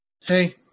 hey